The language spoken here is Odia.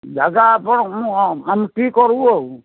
ଯାଗା ହଁ ଆମେ ଠିକ୍ କରିବୁ ଆଉ